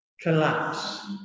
collapse